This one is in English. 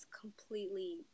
completely